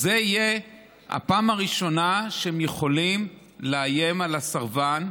זאת תהיה הפעם הראשונה שבה הם יכולים לאיים על הסרבן.